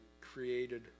created